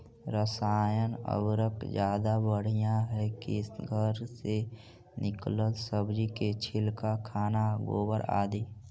रासायन उर्वरक ज्यादा बढ़िया हैं कि घर से निकलल सब्जी के छिलका, खाना, गोबर, आदि?